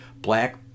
black